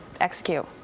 execute